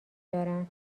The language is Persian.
دارن